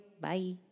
Bye